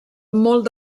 molt